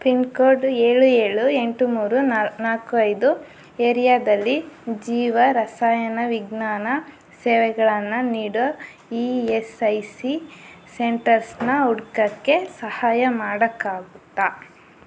pin code ಏಳು ಏಳು ಎಂಟು ಮೂರು ನಾಲ್ಕು ಐದು ಏರಿಯಾದಲ್ಲಿ ಜೀವರಸಾಯನ ವಿಜ್ಞಾನ ಸೇವೆಗಳನ್ನು ನೀಡೋ ಇ ಎಸ್ ಐ ಸಿ ಸೆಂಟರ್ಸ್ನ ಹುಡ್ಕೋಕ್ಕೆ ಸಹಾಯ ಮಾಡೋಕ್ಕಾಗುತ್ತಾ